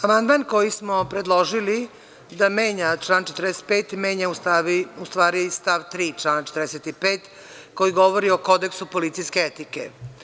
Amandman koji smo predložili da menja član 45. menja u stvari stav 3. člana 45. koji govori o kodeksu policijske etike.